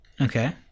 Okay